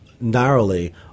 narrowly